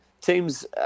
teams